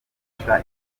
ifasha